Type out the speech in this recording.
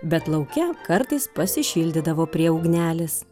bet lauke kartais pasišildydavo prie ugnelės